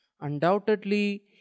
Undoubtedly